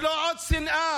זה לא עוד שנאה.